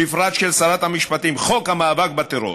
בפרט של שרת המשפטים: חוק המאבק בטרור.